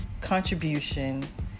contributions